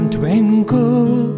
twinkle